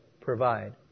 provide